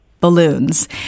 balloons